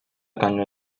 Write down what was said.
canya